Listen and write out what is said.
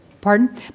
Pardon